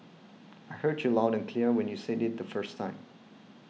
I heard you loud and clear when you said it the first time